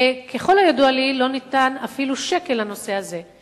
ככל הידוע לי, לא ניתן אפילו שקל לנושא הזה.